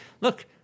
look